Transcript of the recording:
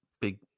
Big